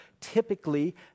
typically